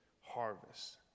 harvest